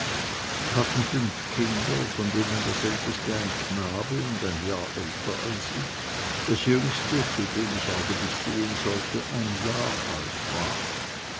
sie hatten fünf kinder von denen das älteste ein knabe und ein jahr älter als ich das jüngste zu dem ich eigentlich sehen sollte ein jahr alt war